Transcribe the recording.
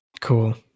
Cool